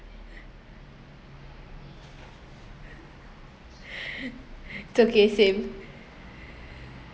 it's okay same